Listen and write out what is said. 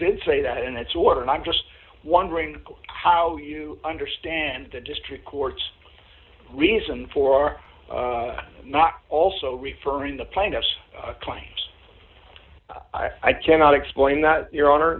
did say that in its order and i'm just wondering how you understand the district court's reason for not also referring the plaintiff's claims i cannot explain that your hon